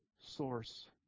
source